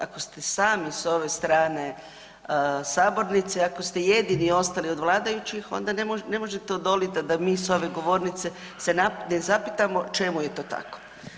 Ako ste sami s ove strane sabornice i ako ste jedini ostali od vladajućih onda ne možete odolit da mi s ove govornice se ne zapitamo čemu je to tako.